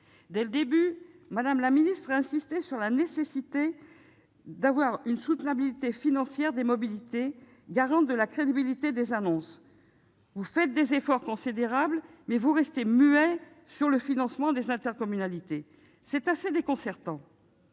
Dès le début, Mme la ministre a insisté sur la nécessaire soutenabilité financière des mobilités, garante de la crédibilité des annonces. Vous faites des efforts considérables, mais vous restez muets sur le financement des intercommunalités. C'est assez déconcertant